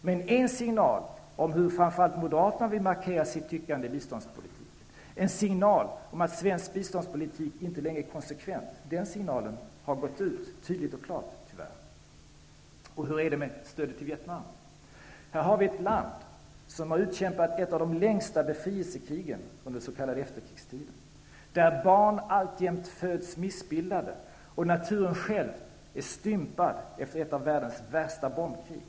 Men signalen om hur framför allt Moderaterna vill markera sitt tyckande i biståndspolitiken, en signal om att svensk biståndspolitik inte längre är konsekvent, den har gått ut tydligt och klart, tyvärr. Hur är det med stödet till Vietnam? Här har vi ett land som har utkämpat ett av de längsta befrielsekrigen under den s.k. efterkrigstiden. Där föds alltjämt missbildade barn och naturen själv är stympad efter ett av världens värsta bombkrig.